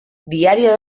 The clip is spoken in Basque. diario